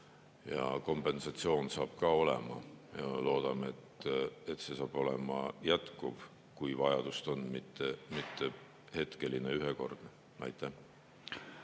Ja kompensatsioon saab ka olema. Loodame, et see saab olema jätkuv, kui vajadust on, mitte hetkeline, ühekordne. Eilsel